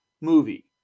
movie